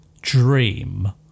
dream